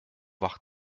wach